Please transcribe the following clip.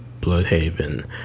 Bloodhaven